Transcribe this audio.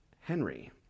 Henry